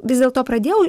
vis dėlto pradėjau